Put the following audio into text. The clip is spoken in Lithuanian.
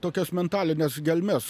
tokias mentalines gelmes